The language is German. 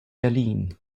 berlin